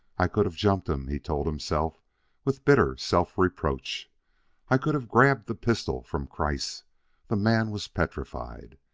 i could have jumped him, he told himself with bitter self-reproach i could have grabbed the pistol from kreiss the man was petrified.